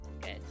good